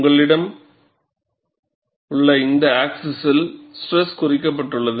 உங்களிடம் உள்ள இந்த ஆக்ஸிஸ்ஸில் ஸ்ட்ரெஸ் குறிக்கப்பட்டுள்ளது